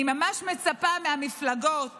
אני ממש מצפה מהמפלגות